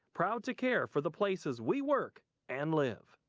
proud to care for the places we work and live.